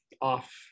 off